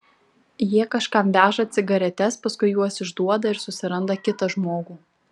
jie kažkam veža cigaretes paskui juos išduoda ir susiranda kitą žmogų